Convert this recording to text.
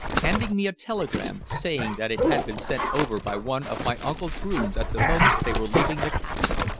handing me a telegram, saying that it had been sent over by one of my uncle's grooms at the moment they were leaving the castle.